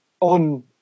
on